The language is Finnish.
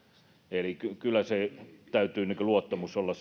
eli kyllä kyllä täytyy nyt luottamus olla